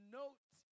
note